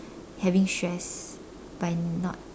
having stressed by not